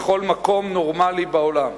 בכל מקום נורמלי בעולם.